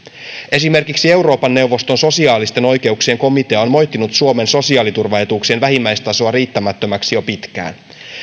esimerkiksi euroopan neuvoston sosiaalisten oikeuksien komitea on moittinut suomen sosiaaliturvaetuuksien vähimmäistasoa riittämättömäksi jo pitkään